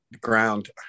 ground